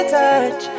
touch